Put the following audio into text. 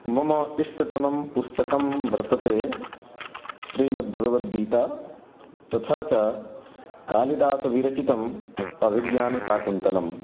मम इष्टतमं पुस्तकं वर्तते श्रीमद्भगवद्गीता तथा च कालिदासविरचितम् अभिज्ञानशाकुन्तलं